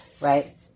right